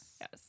Yes